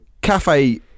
cafe